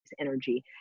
energy